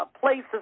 places